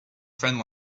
friend